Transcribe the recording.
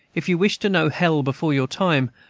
if you wish to know hell before your time,